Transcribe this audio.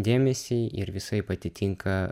dėmesį ir visai atitinka